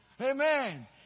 amen